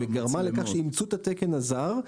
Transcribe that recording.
וגרמה לכך שאימצו את התקן הזר,